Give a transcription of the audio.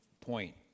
point